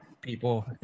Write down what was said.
people